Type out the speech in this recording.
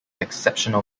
exceptional